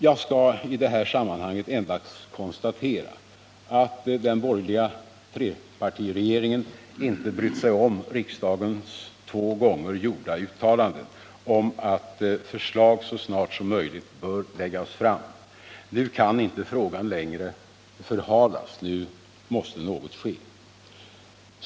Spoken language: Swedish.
Jag skall i detta sammanhang endast konstatera att den borgerliga trepartiregeringen inte brytt sig om riksdagens två gånger gjorda uttalanden om att förslag så snart som möjligt bör läggas fram. Nu kan inte frågan längre förhalas. Nu måste något ske.